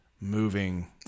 moving